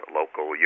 local